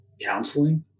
counseling